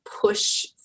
push